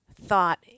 thought